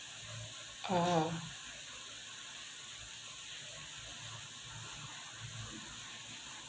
uh